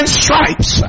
stripes